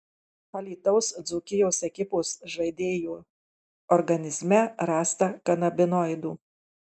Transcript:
alytaus dzūkijos ekipos žaidėjo organizme rasta kanabinoidų